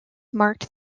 marked